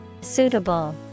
Suitable